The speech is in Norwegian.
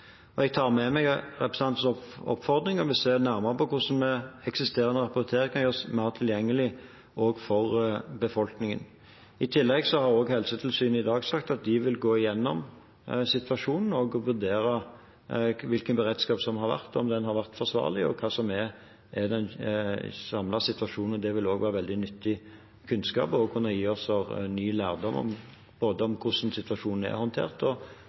Jeg tar med meg representantens oppfordring og vil se nærmere på hvordan eksisterende rapportering kan gjøres mer tilgjengelig for befolkningen. I tillegg har også Helsetilsynet i dag sagt at de vil gå igjennom situasjonen og vurdere hvilken beredskap som har vært, om den har vært forsvarlig, og hva som er den samlede situasjonen. Det vil også være veldig nyttig kunnskap og vil kunne gi oss ny lærdom, både om hvordan situasjonen er håndtert,